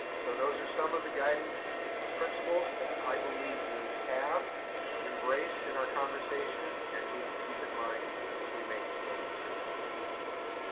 so those are some of the guiding principles that i believe we have embraced in our conversations and need to keep in mind as we make important decisions.